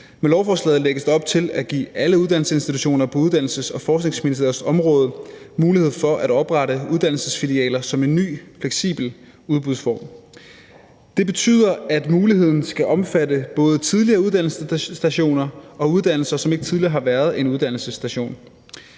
lovforslaget lægges der op til at give alle uddannelsesinstitutioner på Uddannelses- og Forskningsministeriets område mulighed for at oprette uddannelsesfilialer som en ny fleksibel udbudsform. Det betyder, at muligheden skal omfatte både tidligere uddannelsesstationer og uddannelser, som ikke tidligere har været en uddannelsesstation.